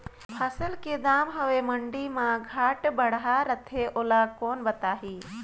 फसल के दम हवे मंडी मा घाट बढ़ा रथे ओला कोन बताही?